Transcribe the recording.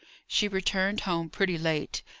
she returned home pretty late,